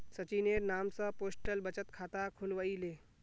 सचिनेर नाम स पोस्टल बचत खाता खुलवइ ले